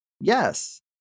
Yes